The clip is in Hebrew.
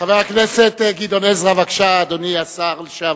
חבר הכנסת גדעון עזרא, בבקשה, אדוני השר לשעבר.